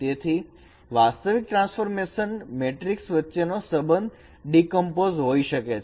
તેથી વાસ્તવિક transformation matrix વચ્ચેનો સંબંધ ડીકમ્પોસ્ડ હોઈ શકે છે